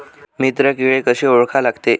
मित्र किडे कशे ओळखा लागते?